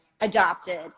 adopted